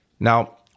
Now